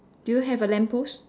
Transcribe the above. do you have a lamp post